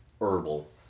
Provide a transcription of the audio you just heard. herbal